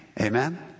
Amen